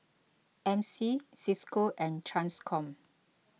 M C Cisco and Transcom